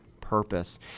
purpose